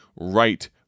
right